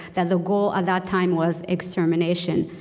that the goal at that time was extermination,